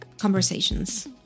conversations